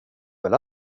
väl